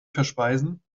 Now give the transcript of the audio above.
verspeisen